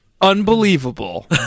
unbelievable